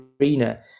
arena